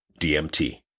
DMT